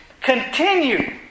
Continue